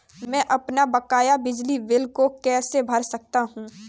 मैं अपने बकाया बिजली बिल को कैसे भर सकता हूँ?